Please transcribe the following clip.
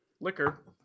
Liquor